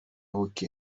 buke